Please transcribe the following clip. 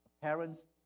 Parents